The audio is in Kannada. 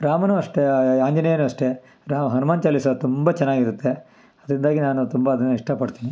ರಾಮನು ಅಷ್ಟೇ ಆಂಜನೇಯನು ಅಷ್ಟೇ ರಾಮ ಹನುಮಾನ್ ಚಾಲಿಸ ತುಂಬ ಚೆನ್ನಾಗಿರುತ್ತೆ ಅದರಿಂದಾಗಿ ನಾನು ತುಂಬ ಅದನ್ನು ಇಷ್ಟಪಡ್ತೀನಿ